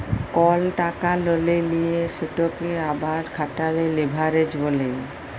call টাকা ললে লিঁয়ে সেটকে আবার খাটালে লেভারেজ ব্যলে